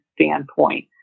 standpoint